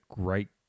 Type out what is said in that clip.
great